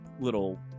little